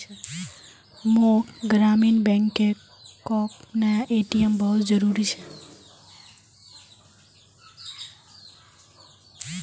मोक ग्रामीण बैंकोक नया ए.टी.एम बहुत जरूरी छे